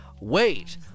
Wait